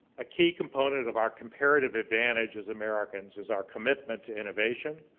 a key component of our comparative advantage as americans is our commitment to innovation,